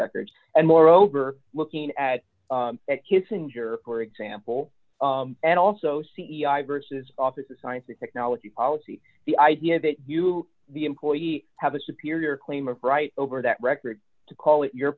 records and moreover looking at that kissinger for example and also c e i versus office of science and technology policy the idea that you the employee have a superior claim of right over that record to call it your